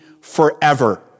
forever